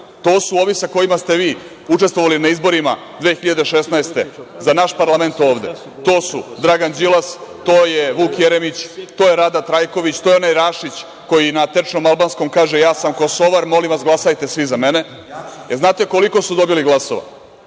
to su ovi sa kojima ste vi učestvovali na izborima 2016. godine za naš parlament ovde. To su Dragan Đilas, to je Vuk Jeremić, to je Rada Trajković, to je onaj Rašić koji na tečnom albanskom kaže – ja sam Kosovar, molim vas glasajte svi za mene. Znate li koliko su dobili glasova? To